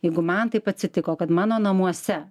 jeigu man taip atsitiko kad mano namuose